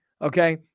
okay